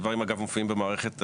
הדברים, אגב, מופיעים במערכת הסנהדרין,